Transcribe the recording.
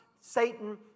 Satan